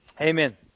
Amen